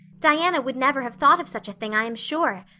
diana would never have thought of such a thing, i am sure.